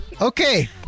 okay